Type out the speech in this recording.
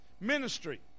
ministry